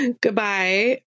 goodbye